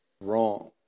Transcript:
wrong